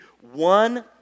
one